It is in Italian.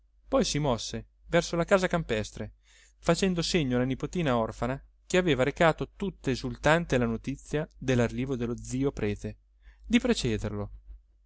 poi si mosse verso la casa campestre facendo segno alla nipotina orfana che aveva recato tutta esultante la notizia dell'arrivo dello zio prete di precederlo nella